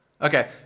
okay